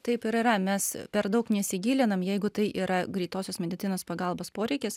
taip ir yra mes per daug nesigilinam jeigu tai yra greitosios medicinos pagalbos poreikis